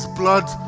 blood